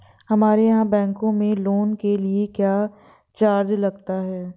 हमारे यहाँ बैंकों में लोन के लिए क्या चार्ज लगता है?